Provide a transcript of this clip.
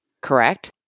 correct